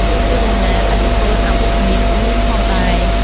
ទោះជាយ៉ាងណា ឥទ្ធិពលអវិជ្ជមានក៏មានផងដែរ។